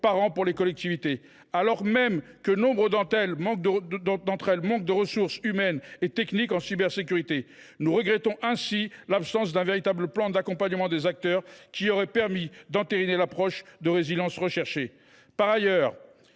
par an pour les collectivités, alors même que nombre d’entre elles manquent de ressources humaines et techniques en cybersécurité. Nous regrettons ainsi l’absence d’un véritable plan d’accompagnement des acteurs, qui aurait permis de conforter l’approche visant à renforcer